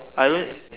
I would